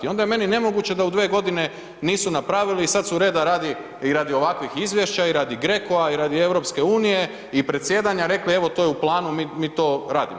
I onda je meni nemoguće da u 2 godine nisu napravili i sad su reda radi i radi ovakvih izvješća i radi GRECO-a i radi EU i predsjedanja rekli evo to je u planu, mi to radimo.